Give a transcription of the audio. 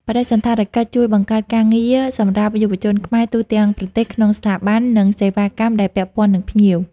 បដិសណ្ឋារកិច្ចជួយបង្កើតការងារសម្រាប់យុវជនខ្មែរទូទាំងប្រទេសក្នុងស្ថាប័ន និងសេវាកម្មដែលពាក់ពន្ធនឹងភ្ញៀវ។